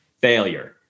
failure